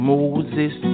Moses